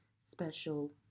special